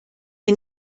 wir